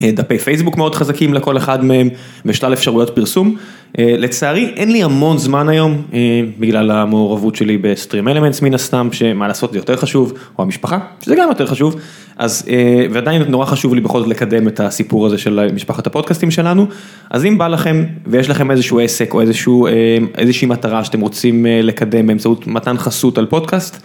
דפי פייסבוק מאוד חזקים לכל אחד ממשלל אפשרויות פרסום, לצערי אין לי המון זמן היום בגלל המעורבות שלי בסטרים אלמנטס מן הסתם, שמה לעשות זה יותר חשוב, או המשפחה, שזה גם יותר חשוב, אז ועדיין נורא חשוב לי בכל זאת לקדם את הסיפור הזה של משפחת הפודקאסטים שלנו. אז אם בא לכם ויש לכם איזשהו עסק או איזשהו אהם... איזושהי מטרה שאתם רוצים לקדם באמצעות מתן חסות על פודקאסט.